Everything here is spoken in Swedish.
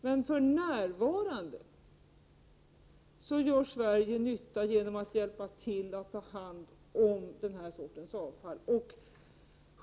Men för närvarande gör Sverige nytta genom att hjälpa till med att ta hand om den här sortens avfall.